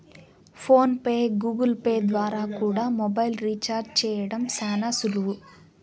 phone pay, Google Pay ద్వారా కూడా mobile recharge చేయడం శానా సులువు